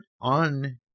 on